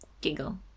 giggle